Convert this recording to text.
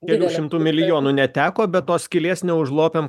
kelių šimtų milijonų neteko bet tos skylės neužlopėm